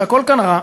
שהכול כאן רע,